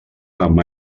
amb